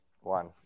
One